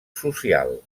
social